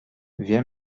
wir